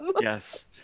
yes